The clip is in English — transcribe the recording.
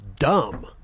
dumb